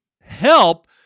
help